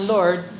Lord